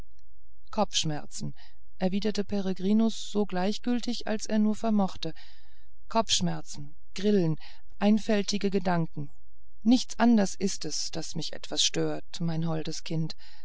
kopfschmerz erwiderte peregrinus so gleichmütig als er es nur vermochte kopfschmerz grillen einfältige gedanken nichts anders ist es das mich etwas verstört mein holdes kind